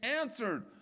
answered